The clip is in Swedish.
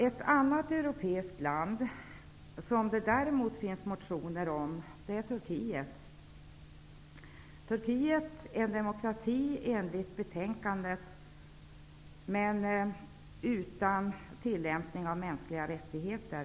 Ett annat europeiskt land som det däremot finns motioner om är Turkiet. Turkiet är enligt betänkandet en demokrati -- men utan tillämpning av mänskliga rättigheter.